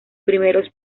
primeros